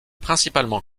principalement